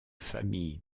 famille